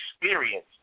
experience